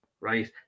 right